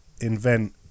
Invent